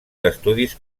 d’estudis